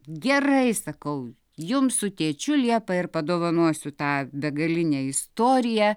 gerai sakau jums su tėčiu liepa ir padovanosiu tą begalinę istoriją